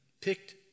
picked